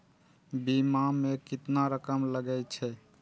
बीमा में केतना रकम लगे छै?